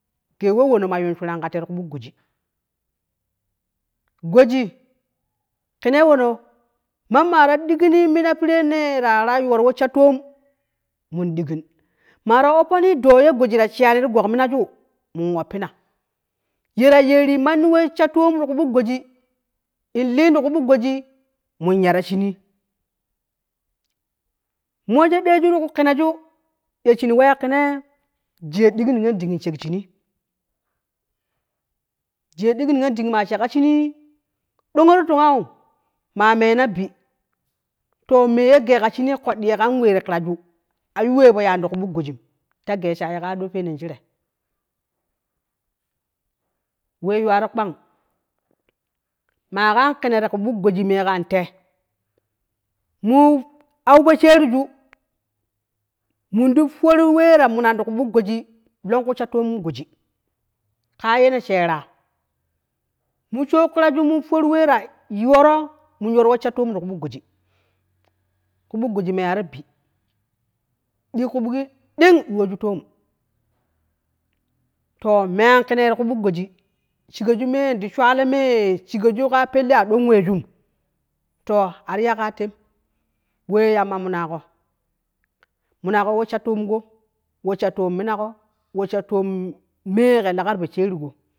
Gei we wono ma yu shuran ti ku buk goji goji kenne wono man ma ta degini mina weta wa loro we fo sha lomo mon digin ma ta wa ohfon ɗoo ye goji ta sheya ne ti guk minaju in ohfo ye ta yeru mani we an sha to mon ti ku buk goji in ken ti ku gbuk goji in len, mo weju ɗeeju ti ku kenneju ya gwa kiye kenne jiyo neyon ɗeen in shek shenu, jiyo dige niyon deen masho ka shenei ɗo ti towo ma mena bi ɗoge me geika a ɗoo we ti kira, a yu we fo ya ni ti ku buk goji ta gei shabi ka aɗon shere, we yuwa do kpang ma kan kanne ti ku bule goji mo ahu poshereju monti for we ta mina ne ti ku buk goji, lon ku sha tomon goji ka ye ne shera mo for ke naju in for we ta yoro we sha tomon ti ku buk goji, ku buk goji meyaro bi dige ku buk din yuwoju tomon to me an kenne ti ku buk goji shegaju me te shulo me pellen shiggu an weju to ati ya ka te w yamma me go mena gui we sha tomon go we sha tomon mina go we sha tomon me ke legati posherego.